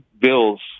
bills